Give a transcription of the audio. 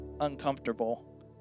uncomfortable